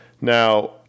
Now